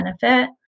benefit